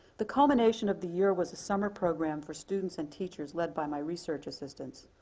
the culmination of the year was a summer program for students and teachers led by my research assistants.